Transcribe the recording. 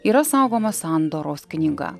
yra saugoma sandoros knyga